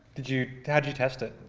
did you did you test it?